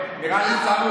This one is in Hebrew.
טלי, תני לו